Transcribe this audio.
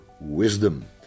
wisdom